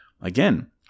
again